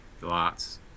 Lots